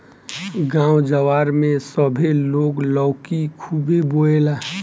गांव जवार में सभे लोग लौकी खुबे बोएला